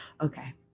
Okay